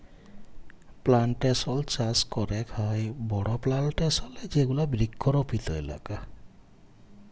plantation চাস ক্যরেক হ্যয় বড় প্লানটেশল এ যেগুলা বৃক্ষরপিত এলাকা